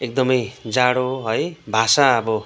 एकदमै जाडो है भाषा अब